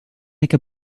make